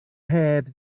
heb